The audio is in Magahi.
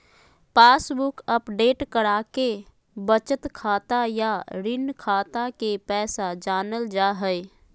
पासबुक अपडेट कराके बचत खाता या ऋण खाता के पैसा जानल जा हय